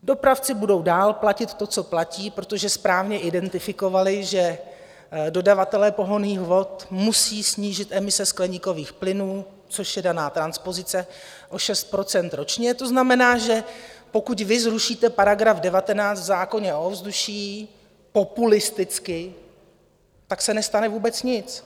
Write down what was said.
Dopravci budou dál platit to, co platí, protože správně identifikovali, že dodavatelé pohonných hmot musejí snížit emise skleníkových plynů, což je daná transpozice, o 6 % ročně, to znamená, že pokud vy zrušíte § 19 v zákoně o ovzduší, populisticky, tak se nestane vůbec nic.